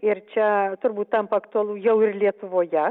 ir čia turbūt tampa aktualu jau ir lietuvoje